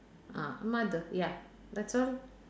ah mother ya that's all